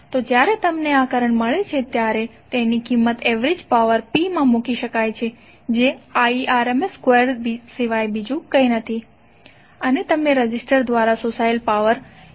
તો જ્યારે તમને આ કરંટ મળે છે ત્યારે તેની કિંમત એવરેજ પાવર P માં મૂકી શકાય છે જે Irms સ્ક્વેર સિવાય બીજું કંઈ નથી અને તમે રેઝિસ્ટર દ્વારા શોષાયેલ પાવર 133